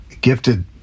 Gifted